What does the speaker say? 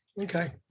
Okay